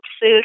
food